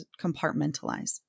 compartmentalize